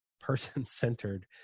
person-centered